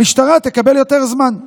המשטרה תקבל יותר זמן.